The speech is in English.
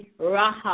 Raha